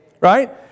Right